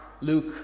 Luke